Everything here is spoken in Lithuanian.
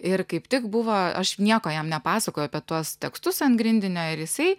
ir kaip tik buvo aš nieko jam nepasakojau apie tuos tekstus ant grindinio ir jisai